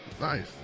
Nice